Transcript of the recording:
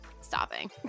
stopping